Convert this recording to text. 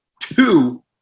two